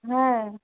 হ্যাঁ